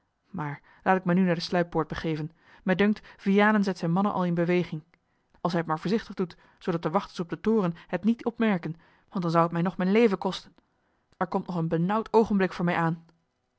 maar laat ik mij nu naar de sluippoort begeven mij dunkt vianen zet zijne mannen al in beweging als hij het maar voorzichtig doet zoodat de wachters op den toren het niet opmerken want dan zou het mij nog mijn leven kosten er komt nog een benauwd oogenblik voor mij aan